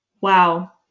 Wow